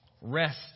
rest